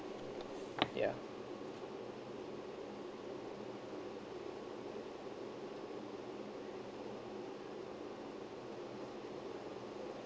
ya